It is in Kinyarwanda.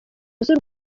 z’u